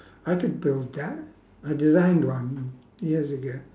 I could build that I designed one years ago